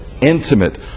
intimate